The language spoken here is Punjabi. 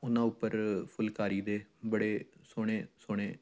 ਉਹਨਾਂ ਉੱਪਰ ਫੁਲਕਾਰੀ ਦੇ ਬੜੇ ਸੋਹਣੇ ਸੋਹਣੇ